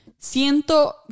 Siento